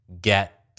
get